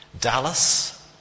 Dallas